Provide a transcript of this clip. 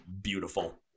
beautiful